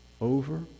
over